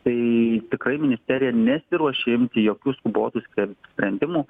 tai tikrai ministerija nesiruošia imti jokių skubotų spren sprendimų